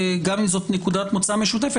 גם אם זאת נקודת מוצא משותפת,